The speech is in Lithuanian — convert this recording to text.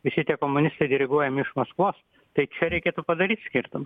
visi tie komunistai diriguojami iš maskvos tai čia reikėtų padaryt skirtumą